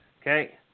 Okay